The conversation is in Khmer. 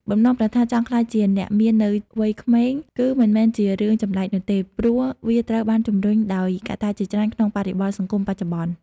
បំណងប្រាថ្នាចង់ក្លាយជាអ្នកមាននៅវ័យក្មេង គឺមិនមែនជារឿងចម្លែកនោះទេ ព្រោះវាត្រូវបានជំរុញដោយកត្តាជាច្រើនក្នុងបរិបទសង្គមបច្ចុប្បន្ន។